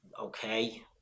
Okay